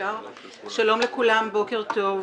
בוקר טוב,